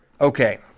Okay